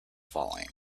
falling